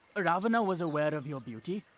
ravana was aware of your beauty.